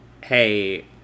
hey